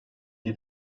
iyi